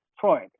Freud